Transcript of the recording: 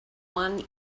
one